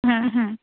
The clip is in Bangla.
হ্যাঁ হ্যাঁ